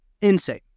Insane